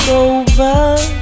over